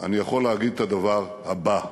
אני יכול להגיד את הדבר הבא: